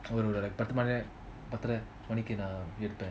ஒரு பாத்து மணி பத்திர மணிகி நான் இருப்பான்:oru paathu mani pathura maniki naan irupan